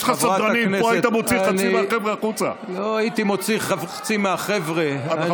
יש לך סדרנים, פה היית מוציא חצי מהחבר'ה החוצה.